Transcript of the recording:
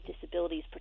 disabilities